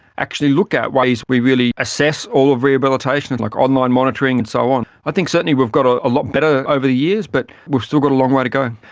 actually look at ways we really assess all of rehabilitation, like online monitoring and so on. i think certainly we've got ah a lot better over the years but we've still got a long way to go.